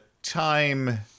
Time